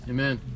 Amen